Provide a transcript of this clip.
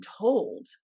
told